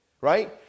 right